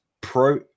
pro